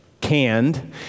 canned